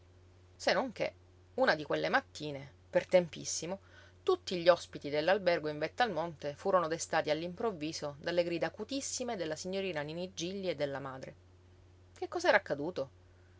non che una di quelle mattine per tempissimo tutti gli ospiti dell'albergo in vetta al monte furono destati all'improvviso dalle grida acutissime della signorina niní gilli e della madre che cosa era accaduto